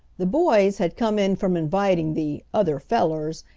the boys had come in from inviting the other fellers,